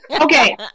okay